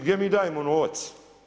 Gdje mi dajemo novac?